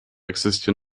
existieren